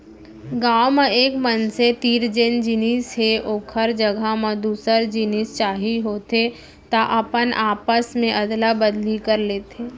गाँव म एक मनसे तीर जेन जिनिस हे ओखर जघा म दूसर जिनिस चाही होथे त आपस मे अदला बदली कर लेथे